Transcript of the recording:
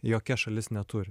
jokia šalis neturi